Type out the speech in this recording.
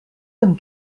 them